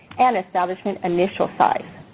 and establishment initial size.